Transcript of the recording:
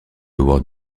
world